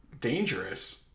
dangerous